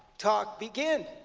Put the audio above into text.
talk begin.